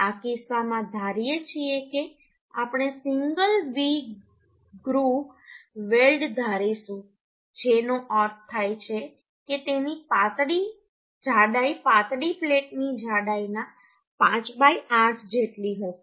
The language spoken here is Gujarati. આ કિસ્સામાં ધારીએ છીએ કે આપણે સિંગલ V ગ્રુવ વેલ્ડ ધારીશું જેનો અર્થ થાય છે કે તેની જાડાઈ પાતળી પ્લેટની જાડાઈના 58 જેટલી હશે